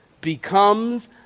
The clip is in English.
becomes